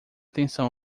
atenção